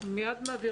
הישיבה ננעלה